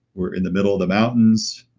we're in the middle of the mountains.